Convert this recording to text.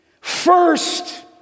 first